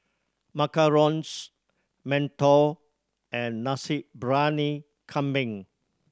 macarons mantou and Nasi Briyani Kambing